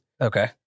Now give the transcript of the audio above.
Okay